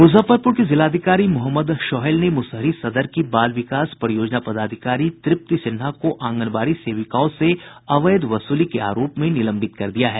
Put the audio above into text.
मुजफ्फरपुर के जिलाधिकारी मोहम्मद शोहैल ने मुसहरी सदर की बाल विकास परियोजना पदाधिकारी तृप्ति सिन्हा को आंगनबाड़ी सेविकाओं से अवैध वसूली के आरोप में निलंबित कर दिया है